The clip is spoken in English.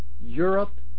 Europe